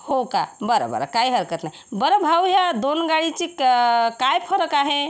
हो का बरं बरं काय हरकत नाही बरं भाऊ ह्या दोन गाडीची का काय फरक आहे